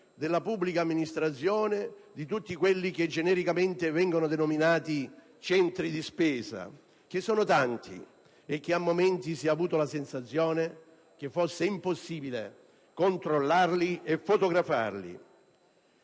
della pubblica amministrazione, di tutti quelli che genericamente vengono denominati centri di spesa, che sono tanti e che a momenti si è avuto la sensazione fosse impossibile controllare e fotografare.